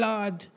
Lord